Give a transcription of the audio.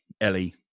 ellie